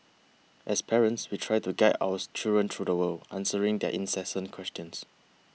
as parents we try to guide our children through the world answering their incessant questions